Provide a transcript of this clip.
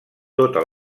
tota